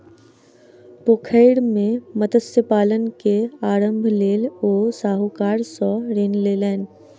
पोखैर मे मत्स्य पालन के आरम्भक लेल ओ साहूकार सॅ ऋण लेलैन